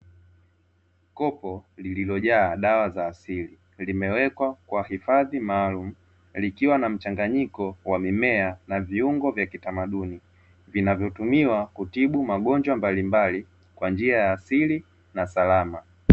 Kopo lililojaa dawa za asili, limewekwa kwa hifadhi maalum likiwa na mchanganyiko wa mimea na viungo vya kitamaduni, vinavotumiwa kutibu magonjwa mbalimbali kwa njia ya asili na salama.